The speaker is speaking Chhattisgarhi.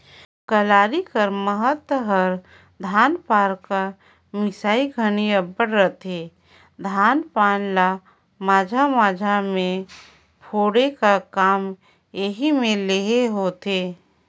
कलारी कर महत हर धान पान कर मिसात घनी अब्बड़ रहथे, धान पान ल माझा माझा मे कोड़े का काम एही मे ले होथे